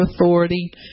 authority